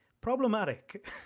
problematic